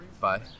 Bye